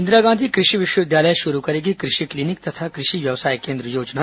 इंदिरा गांधी कृषि विश्वविद्यालय शुरू करेगी कृषि क्लीनिक तथा कृषि व्यवसाय केन्द्र योजना